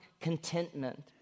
contentment